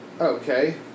okay